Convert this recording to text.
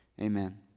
Amen